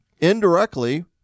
indirectly